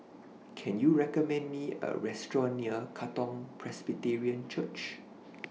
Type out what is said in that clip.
Can YOU recommend Me A Restaurant near Katong Presbyterian Church